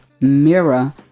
mirror